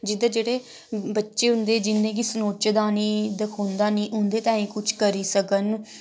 जिध्दर जेह्ड़े बच्चे होंदे जि'नें गी सनोचदा नी दखोंदा नी उं'दे तांईं कुछ करी सकन